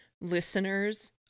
listeners